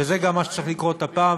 וזה גם מה שצריך לקרות הפעם.